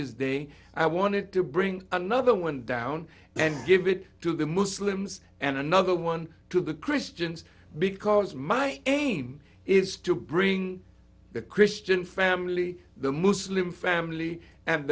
's day i wanted to bring another one down and give it to the muslims and another one to the christians because my aim is to bring the christian family the muslim family and